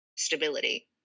stability